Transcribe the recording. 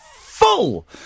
full